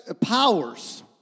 powers